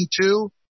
two